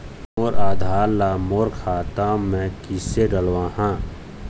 मोर आधार ला मोर खाता मे किसे डलवाहा?